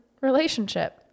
relationship